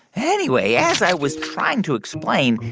anyway, as i was trying to explain,